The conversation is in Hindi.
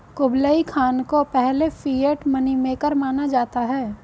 कुबलई खान को पहले फिएट मनी मेकर माना जाता है